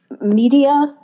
media